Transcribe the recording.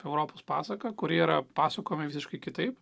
europos pasaką kuri yra pasukama visiškai kitaip